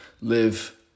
live